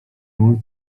ról